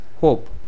hope